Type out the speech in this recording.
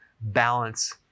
balance